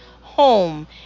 home